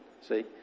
See